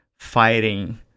fighting